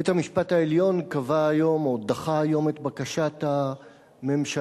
בית-המשפט העליון דחה היום את בקשת הממשלה,